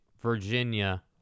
Virginia